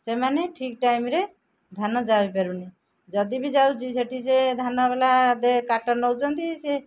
ସେମାନେ ଠିକ୍ ଟାଇମ୍ରେ ଧାନ ଯାଇପାରୁନି ଯଦି ବି ଯାଉଛି ସେଇଠି ସେ ଧାନ ବାଲା କାଟ ନେଉଛନ୍ତି ସିଏ